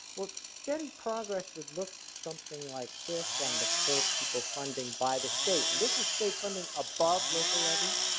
well, study progress would look something like this on the per-pupil funding by the state. and this is state funding above local levies.